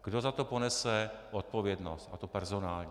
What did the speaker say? Kdo za to ponese odpovědnost, a to personální.